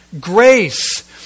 grace